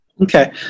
Okay